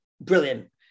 Brilliant